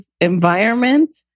environment